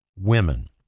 women